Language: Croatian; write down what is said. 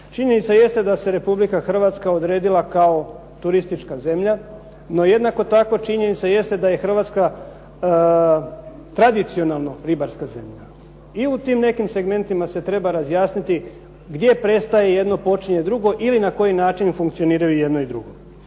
Činjenica jeste da se Republika Hrvatska odredila kao turistička zemlja, no jednako tako činjenica jeste da je Hrvatska tradicionalno ribarska zemlja. I u tim nekim segmentima se treba razjasniti gdje prestaje jedno, počinje drugo ili na koji način funkcioniraju jedno i drugo.